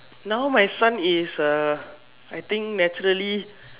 now my son is a I think naturally